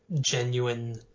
genuine